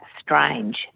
strange